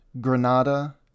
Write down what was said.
Granada